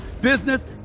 business